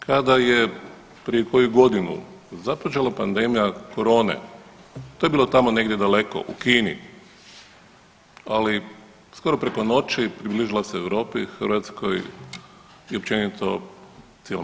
Kada je prije koju godinu započela pandemija korone to je bilo tamo negdje daleko u Kini, ali skoro preko noći približila se Europi, Hrvatskoj i općenito cijelom